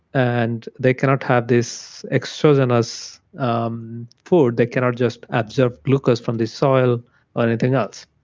and they cannot have this exogenous um food. they cannot just absorb glucose from the soil or anything else,